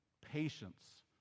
patience